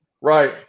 Right